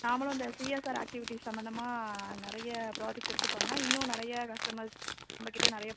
நாம்மளும் இந்த C S R activity சம்பந்தமாக நிறைய ப்ராஜக்ட் எடுத்துப் பண்ணால் இன்னும் நிறைய கஸ்டமர்ஸ் நம்மகிட்டே நிறைய